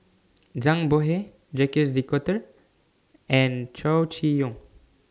Zhang Bohe Jacques De Coutre and Chow Chee Yong